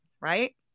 Right